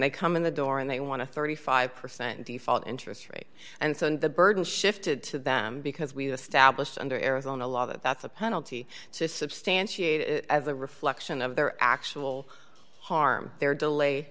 they come in the door and they want to thirty five percent default interest rate and so the burden shifted to them because we've established under arizona law that that's a penalty to substantiate it as a reflection of their actual harm their delay